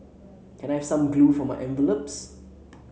can I have some glue for my envelopes